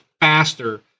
faster